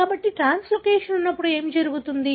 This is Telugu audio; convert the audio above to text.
కాబట్టి ట్రాన్స్లోకేషన్ ఉన్నప్పుడు ఏమి జరుగుతుంది